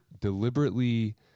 deliberately